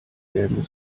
werden